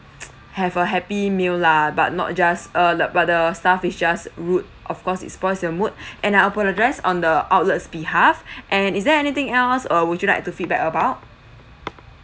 have a happy meal lah but not just uh the but the staff is just rude of course it's spoiled your mood and I apologise on the outlets behalf and is there anything else uh would you like to feedback about